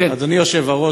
אדוני היושב-ראש,